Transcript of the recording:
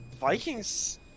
Vikings